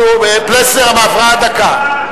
חבר הכנסת פלסנר, עברה דקה.